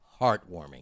heartwarming